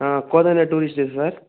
sir